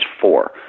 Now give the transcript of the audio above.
four